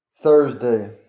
Thursday